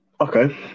okay